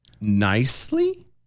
nicely